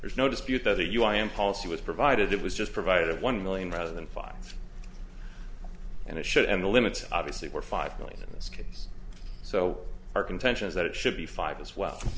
there's no dispute that the u i and policy was provided it was just provided of one million rather than five and it should and the limits obviously were five million in this case so our contention is that it should be five as well